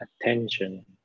attention